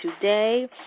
today